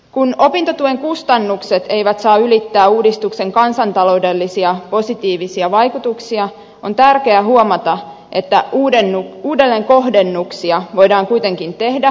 kun opintotuen kustannukset eivät saa ylittää uudistuksen kansantaloudellisia positiivisia vaikutuksia on tärkeää huomata että uudelleenkohdennuksia voidaan kuitenkin tehdä